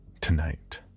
tonight